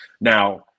Now